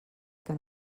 que